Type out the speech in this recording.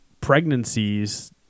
pregnancies